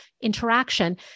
interaction